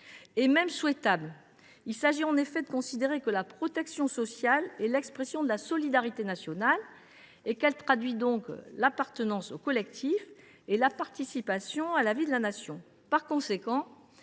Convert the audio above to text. et même souhaitable. En effet, la protection sociale est l’expression de la solidarité nationale. Elle traduit donc l’appartenance au collectif et la participation à la vie de la Nation.